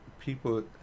people